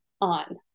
on